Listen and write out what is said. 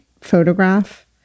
photograph